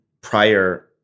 prior